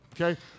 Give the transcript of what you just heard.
Okay